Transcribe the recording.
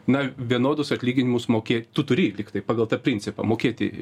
na vienodus atlyginimus mokėt tu turi lyg tai pagal tą principą mokėti